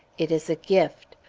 it is a gift.